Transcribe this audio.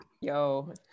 Yo